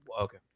Okay